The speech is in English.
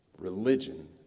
Religion